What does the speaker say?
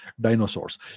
dinosaurs